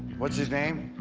what's his name?